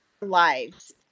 lives